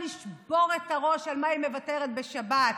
לשבור את הראש על מה היא מוותרת בשבת,